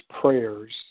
prayers